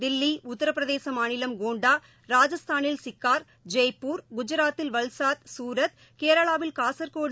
தில்லி உத்திரபிரதேச மாநிலம் கோண்டா ராஜஸ்தானில் சிக்கார் ஜெய்பூர் குஜராத்தில் வல்சாத் சூரத் கேரளாவில் காசர்கோடு